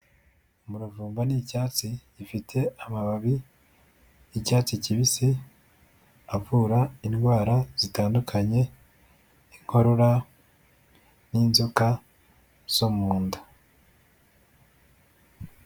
Umuravumba n'icyatsi gifite amababi y'icyatsi kibisi avura indwara zitandukanye, Inkorora n'inzoka zo mu nda.